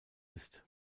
ist